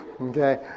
Okay